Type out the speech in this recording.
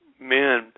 men